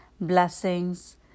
blessings